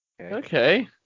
okay